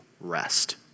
rest